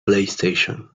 playstation